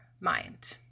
mind